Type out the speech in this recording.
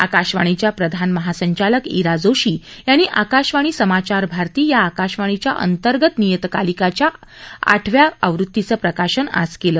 आकाशवाणीच्या प्रधान महासंचालक इरा जोशी यांनी आकाशवाणी समाचार भारती या आकाशवाणीच्या अंतर्गत नियतकालिकाच्या आठव्या आवृत्तीचं प्रकाशन आज केलं